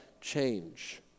change